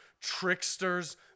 tricksters